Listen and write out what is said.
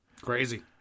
Crazy